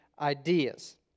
ideas